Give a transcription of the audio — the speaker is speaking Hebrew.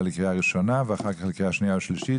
לקריאה ראשונה ואחר כך לקריאה שנייה ושלישית,